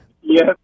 Yes